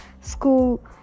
school